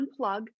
unplug